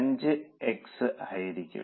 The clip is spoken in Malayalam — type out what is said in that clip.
5 x ആയിരിക്കും